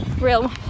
real